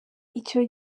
icyo